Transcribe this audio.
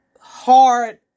hard